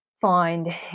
find